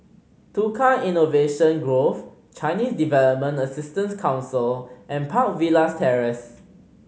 Tukang Innovation Grove Chinese Development Assistance Council and Park Villas Terrace